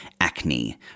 acne